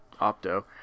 Opto